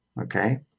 Okay